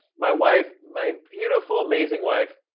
my wife, my beautiful, amazing wife,